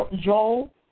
Joel